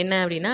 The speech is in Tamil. என்ன அப்படின்னா